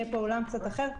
יהיה פה עולם קצת אחר,